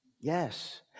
Yes